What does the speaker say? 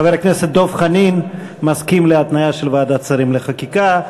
חבר הכנסת דב חנין מסכים להתניה של ועדת שרים לחקיקה.